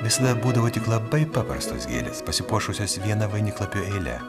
visada būdavo tik labai paprastos gėlės pasipuošusios viena vainiklapių eile